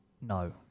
no